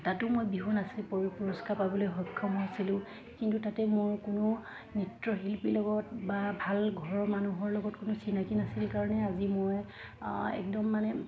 তাতো মই বিহু নাচি পৰি পুৰস্কাৰ পাবলৈ সক্ষম হৈছিলোঁ কিন্তু তাতে মোৰ কোনো নৃত্যশিল্পীৰ লগত বা ভাল ঘৰৰ মানুহৰ লগত কোনো চিনাকী নাছিল কাৰণে আজি মই একদম মানে